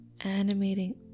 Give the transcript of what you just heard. animating